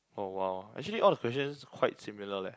oh !wow! actually all the questions quite similar leh